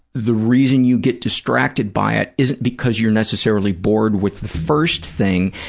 the reason you get distracted by it isn't because you're necessarily bored with the first thing.